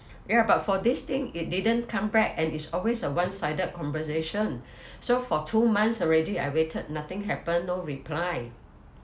ya but for this thing it didn't come back and it's always a one-sided conversation so for two months already I waited nothing happen no reply